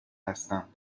هستم